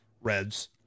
Reds